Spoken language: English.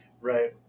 right